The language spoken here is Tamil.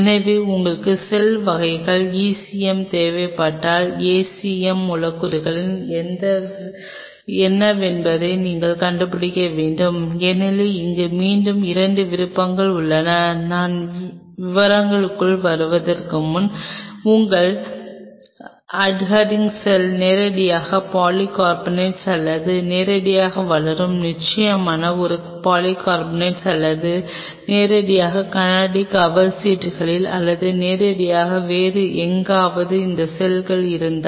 எனவே உங்கள் செல் வகைக்கு ECM தேவைப்பட்டால் ACM மூலக்கூறுகள் என்னவென்பதை நீங்கள் கண்டுபிடிக்க வேண்டும் ஏனெனில் இங்கு மீண்டும் 2 விருப்பங்கள் உள்ளன நான் விவரங்களுக்குள் வருவதற்கு முன் உங்கள் அட்ஹரின் செல்கள் நேரடியாக பாலிகார்பனேட்டில் அல்லது நேரடியாக வளரும் நிச்சயமாக இது பாலிகார்பனேட் அல்லது நேரடியாக கண்ணாடி கவர் சீட்டுகளில் அல்லது நேரடியாக வேறு எங்காவது இந்த செல்கள் இருந்தால்